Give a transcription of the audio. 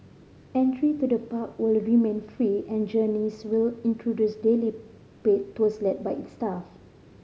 entry to the park will remain free and Journeys will introduce daily paid tours led by its staff